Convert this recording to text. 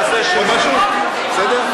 אני,